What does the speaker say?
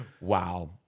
Wow